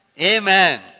Amen